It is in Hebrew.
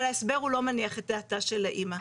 אבל ההסבר לא מניח את דעתה של האמא,